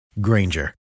Granger